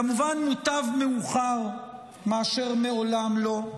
כמובן, מוטב מאוחר מאשר מעולם לא,